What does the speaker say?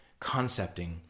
concepting